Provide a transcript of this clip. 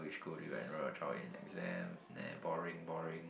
which school do you enroll your child in exams [neh] boring boring